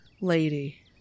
lady